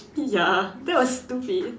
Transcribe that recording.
ya that was stupid